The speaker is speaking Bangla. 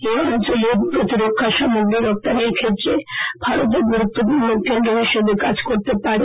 এই অঞ্চলের প্রতিরক্ষা সামগ্রী রপ্তানির ক্ষেত্রে ভারত এক গুরুত্বপূর্ণ কেন্দ্র হিসাবে কাজ করতে পারে